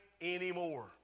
anymore